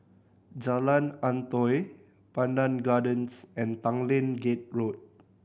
Jalan Antoi Pandan Gardens and Tanglin Gate Road